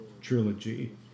trilogy